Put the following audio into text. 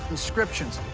inscriptions.